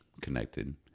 connected